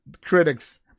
critics